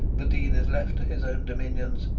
the dean is left to his own dominions,